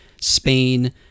Spain